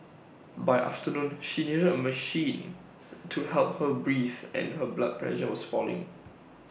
by afternoon she needed A machine to help her breathe and her blood pressure was falling